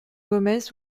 gomes